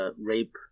rape